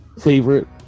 favorite